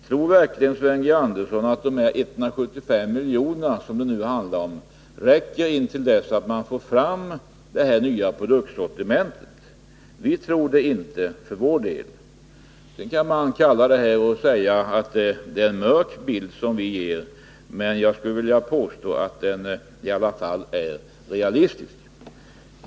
Tror verkligen Sven G. Andersson att de 175 miljonerna som det nu handlar om räcker, tills man får fram det nya produktsortimentet? För vår del tror vi inte att detta är möjligt. Sedan kan man säga att vi tecknar en mörk bild, men jag skulle vilja påstå att den i alla fall är realistisk.